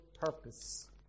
purpose